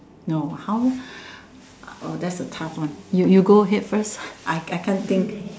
no how oh that's a tough one you you go ahead first I I can't think